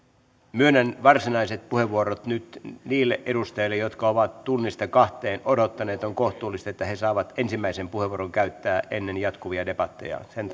myönnän varsinaiset puheenvuorot nyt niille edustajille jotka ovat tunnista kahteen odottaneet on kohtuullista että he he saavat ensimmäisen puheenvuoron käyttää ennen jatkuvia debatteja sen